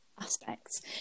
aspects